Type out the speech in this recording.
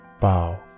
Bow